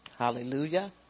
Hallelujah